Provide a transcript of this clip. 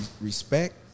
respect